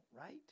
right